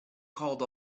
called